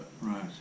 Right